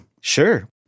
Sure